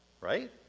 Right